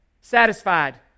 Satisfied